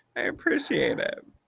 i appreciate it.